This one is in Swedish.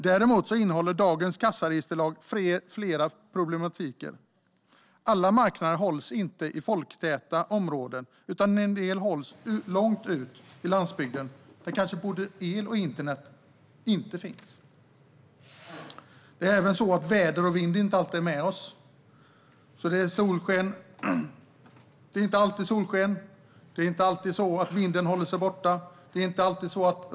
Däremot innehåller dagens kassaregisterlag ytterligare problematik. Alla marknader hålls inte i folktäta områden, utan en del hålls långt ute på landsbygden. Där finns kanske varken el eller internet. Väder och vind är inte heller alltid med oss. Det är inte alltid solsken, och vinden och regnet håller sig inte alltid borta.